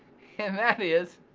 and that is,